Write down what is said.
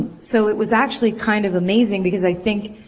so it was actually kind of amazing because i think.